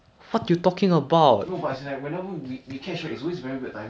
don't really need nex~ next season don't know how we going to play five slides though with who